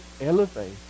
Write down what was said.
elevate